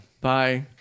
Bye